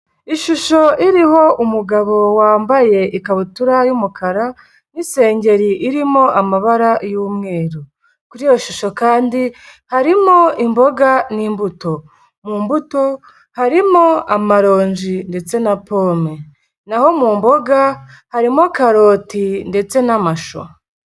Ishusho iriho umugabo wambaye ikabutura y'umukara n'isengeri irimo amabara y'umweru, kuri iyo shusho kandi harimo imboga n'imbuto, mu mbuto harimo amaronji ndetse na pome, n'aho mu mboga harimo karoti ndetse n'amashu.